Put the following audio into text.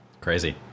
Crazy